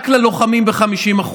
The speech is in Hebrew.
רק ללוחמים, ב-50%.